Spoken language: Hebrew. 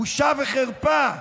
בושה וחרפה.